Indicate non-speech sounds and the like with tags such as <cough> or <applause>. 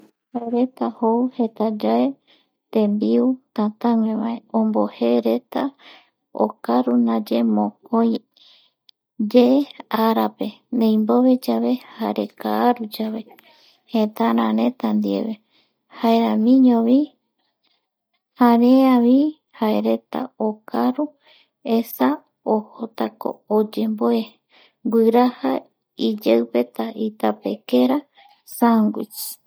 Jaereta joujetayae tembiu tataguevae ombojeereta, okaru ndaye mokoi ye arape ndeimboveyave jare kaaruyave jetara reta ndie jaeramiñovi <noise> jareavi jaerete okaru esa ojotako oyemboe guraja iyeupe itapequera sandwichs <noise>